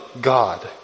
God